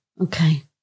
okay